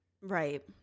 Right